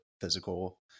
physical